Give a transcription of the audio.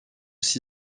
aussi